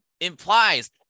implies